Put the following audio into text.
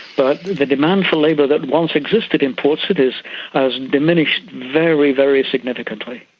but the demand for labour that once existed in port cities has diminished very, very significantly,